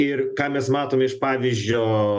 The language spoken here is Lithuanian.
ir ką mes matom iš pavyzdžio